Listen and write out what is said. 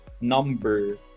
number